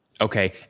Okay